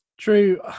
True